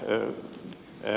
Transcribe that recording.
r r r